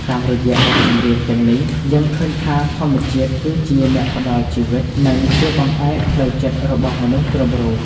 តាមរយៈបទចម្រៀងទាំងនេះ យើងឃើញថាធម្មជាតិគឺជាអ្នកផ្ដល់ជីវិត និងជាបង្អែកផ្លូវចិត្តរបស់មនុស្សគ្រប់រូប។